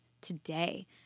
today